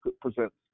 presents